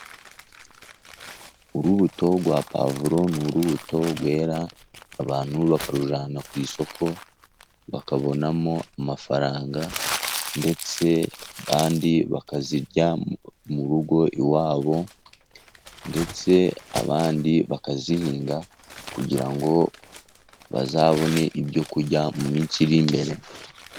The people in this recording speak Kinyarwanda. Urubuto rwa pavuro ni urubuto rwera abantu bakarujyana ku isoko, bakabonamo amafaranga ndetse abandi bakazirya mu rugo iwabo ,ndetse abandi bakazihinga ,kugira ngo bazabone ibyo kurya mu minsi iri imbere.